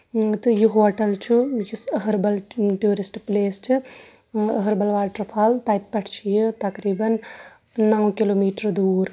تہٕ یہِ ہوٹل چھُ یُس أہربل ٹوٗرِسٹ پِلیس چھےٚ اَہر بل واٹر فال تَتہِ پٮ۪ٹھ چھُ یہِ تقریٖبن نَو کِلومیٖٹر دوٗر